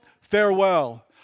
farewell